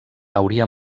hauria